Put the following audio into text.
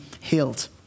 healed